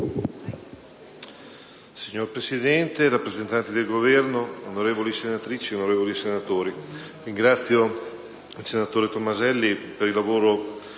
Signora Presidente, rappresentanti del Governo, onorevoli senatrici e onorevoli senatori, ringrazio il senatore Tomaselli per il lavoro